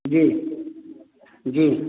जी जी